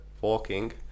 walking